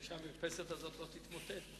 שהמרפסת הזאת לא תתמוטט.